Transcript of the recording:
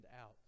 out